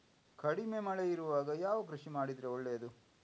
ಕಡಿಮೆ ಮಳೆ ಇರುವಾಗ ಯಾವ ಕೃಷಿ ಮಾಡಿದರೆ ಒಳ್ಳೆಯದು?